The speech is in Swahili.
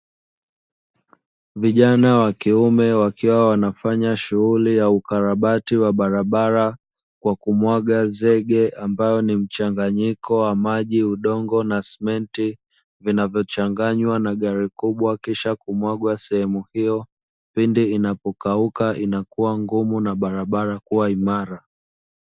Vijana wa kiume wakiwa wanafanya shughuli ya ukarabati wa barabara, kwa kumwaga zege ambalo ni mchanganyiko wa maji, udongo na simenti. Vinavochanganywa na gari kubwa, kisha kumwaga sehemu hiyo. Pindi inapokauka inakua ngumu na barabara kuwa imara.